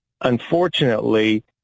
Unfortunately